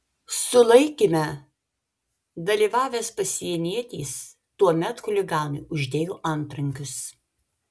sulaikyme dalyvavęs pasienietis tuomet chuliganui uždėjo antrankius